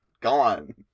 gone